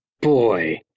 Boy